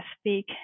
Speak